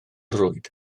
rwyd